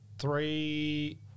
Three